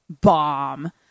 bomb